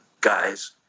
guys